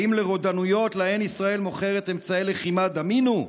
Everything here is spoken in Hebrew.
האם לרודנויות שלהן ישראל מוכרת אמצעי לחימה דמינו?